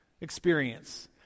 experience